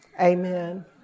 amen